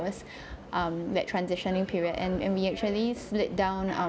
um that transitioning period and when we actually slid down um